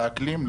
לאקלים,